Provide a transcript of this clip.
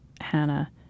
Hannah